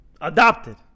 adopted